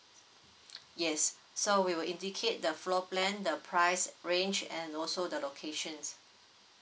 yes so we will indicate the floor plan the price range and also the locations